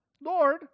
Lord